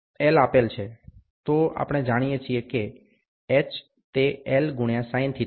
L આપેલ છે તો આપણે જાણીએ છીએ કે h તે L ગુણ્યા sinθની બરાબર છે